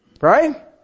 Right